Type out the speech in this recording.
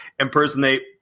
impersonate